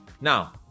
Now